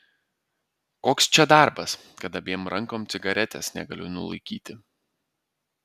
koks čia darbas kad abiem rankom cigaretės negaliu nulaikyti